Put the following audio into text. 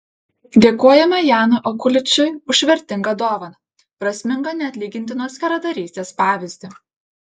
dėkojame janui okuličiui už vertingą dovaną prasmingą neatlygintinos geradarystės pavyzdį